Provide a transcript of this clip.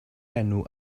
enw